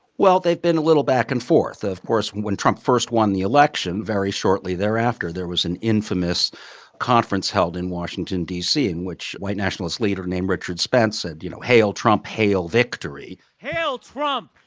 well, they've been a little back and forth. of course, when trump first won the election, very shortly thereafter, there was an infamous conference held in washington, d c, in which white a nationalist leader named richard spence said, you know, hail trump, hail victory. hail trump.